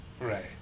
Right